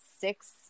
six